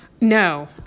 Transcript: No